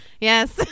Yes